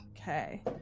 Okay